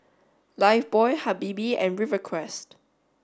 Lifebuoy Habibie and Rivercrest